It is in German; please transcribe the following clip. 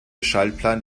schaltplan